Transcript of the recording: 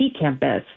campus